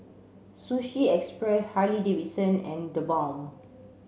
Sushi Express Harley Davidson and TheBalm